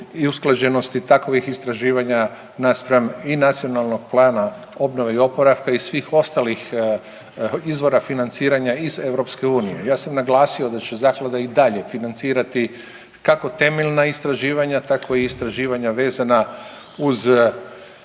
i usklađenosti takovih istraživanja naspram i NPOO-a i svih ostalih izvora financiranja iz EU. Ja sam naglasio da će zaklada i dalje financirati kako temeljna istraživanja tako i istraživanja vezana uz